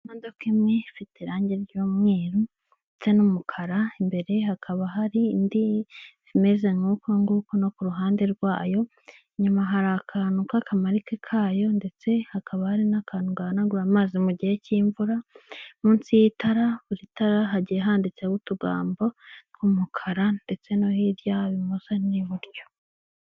Imodoka imwe ifite irange ry'umweru ndetse n'umukara imbere hakaba hari indi imeze nk'uko nguko no kuruhande rwayo, inyuma hari akantu k'akamarike kayo ndetse hakaba n'akantu gahanagura amazi mu gihe k'imvura minsi y'itara buri tara hagiye handitseho utugambo tw'umukara ndetse no hirya ibumoso n'iburyo.